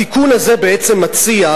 התיקון הזה בעצם מציע,